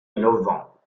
innovant